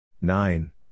nine